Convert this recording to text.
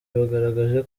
bagaragaje